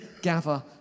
gather